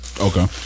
Okay